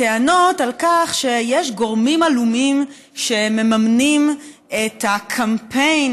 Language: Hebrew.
טענות על כך שיש גורמים עלומים שמממנים את הקמפיין,